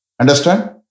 Understand